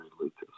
Lucas